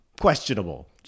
questionable